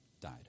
died